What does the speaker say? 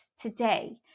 today